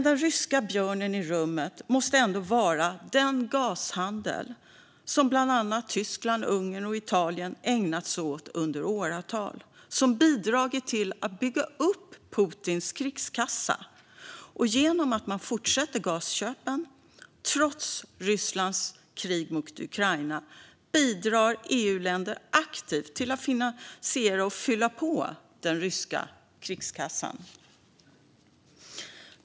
Den ryska björnen i rummet måste ändå vara den gashandel som bland annat Tyskland, Ungern och Italien ägnat sig åt under åratal och som bidragit till att bygga upp Putins krigskassa. Genom att man fortsätter med gasköpen, trots Rysslands krig mot Ukraina, bidrar EU-länder aktivt till att finansiera och fylla på den ryska krigskassan.